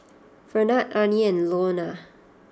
Fernand Arnie and Launa